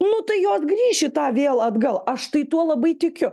nu tai jos grįš į tą vėl atgal aš tai tuo labai tikiu